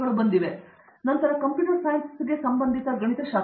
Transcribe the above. ಅರಂದಾಮ ಸಿಂಗ್ ನಂತರ computer science ಸಂಬಂಧಿತ ಗಣಿತಶಾಸ್ತ್ರ